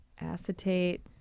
Acetate